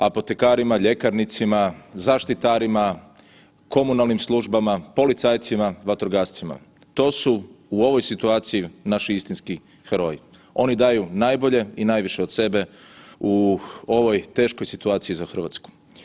Apotekarima, ljekarnicima, zaštitarima, komunalnim službama, policajcima, vatrogascima, to su u ovoj situaciji naši istinski heroji, oni daju najbolje i najviše od sebe u ovoj teškoj situaciji za Hrvatsku.